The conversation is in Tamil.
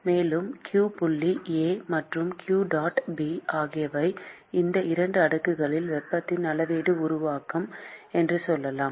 மேலும் q புள்ளி A மற்றும் q dot B ஆகியவை இந்த 2 அடுக்குகளில் வெப்பத்தின் அளவீட்டு உருவாக்கம் என்று சொல்லலாம்